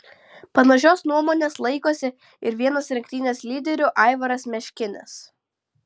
panašios nuomonės laikosi ir vienas rinktinės lyderių aivaras meškinis